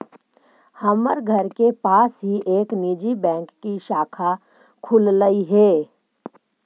हमर घर के पास ही एक निजी बैंक की शाखा खुललई हे